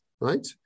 right